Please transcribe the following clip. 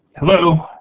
hello?